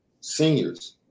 seniors